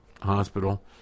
hospital